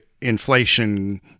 inflation